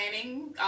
planning